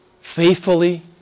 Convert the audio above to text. faithfully